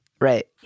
Right